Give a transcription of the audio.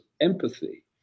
empathy